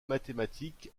mathématiques